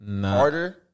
harder